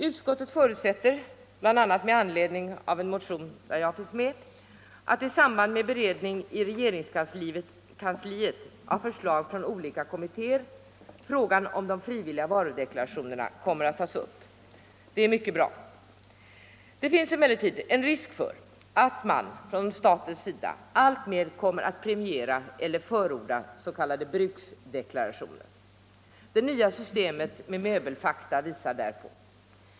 Utskottet förutsätter, bl.a. med anledning av en av mig undertecknad motion, att i samband med beredning i regeringskansliet av förslag från olika kommittéer frågan om de frivilliga varudeklarationerna kommer att tas upp. Det är mycket bra. Det finns emellertid en risk för att man på statligt håll alltmer kommer att premiera eller förorda s.k. bruksdeklarationer. Det nya systemet med möbelfakta visar därpå.